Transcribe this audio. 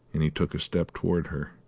and he took a step towards her.